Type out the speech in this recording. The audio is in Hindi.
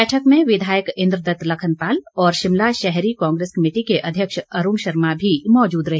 बैठक में विधायक इंद्रदत्त लखनपाल और शिमला शहरी कांग्रेस कमेटी के अध्यक्ष अरूण शर्मा भी मौजूद रहे